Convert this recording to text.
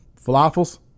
falafels